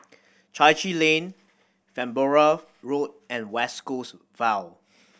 Chai Chee Lane Farnborough Road and West Coast Vale